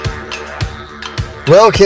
Welcome